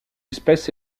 espèce